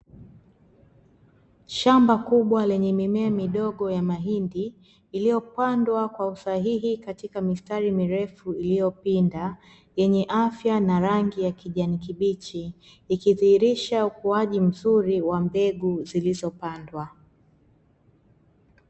Shamba kubwa lenye mimea ya mahindi iliyopandwa kwa usahihi katika mistari mirefu iliyopinda, yenye afya na majani ya kijani kibichi ikidhihirisha ukuaji wa mbegu nzuri zilizopandwa.